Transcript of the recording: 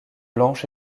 blanche